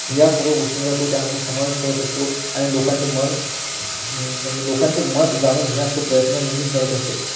या सर्व गोष्टींचा तो त्यामध्ये समावेश करत असतो आणि लोकांचे मन म्हणजे लोकांचे मत जाणून घेण्याचा तो प्रयत्न नेहमी करत असतो